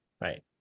Right